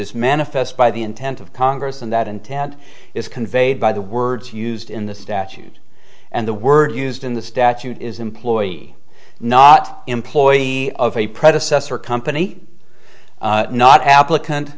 is manifest by the intent of congress and that intent is conveyed by the words used in the statute and the word used in the statute is employee not employee of a predecessor company not applicant